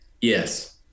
Yes